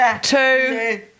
two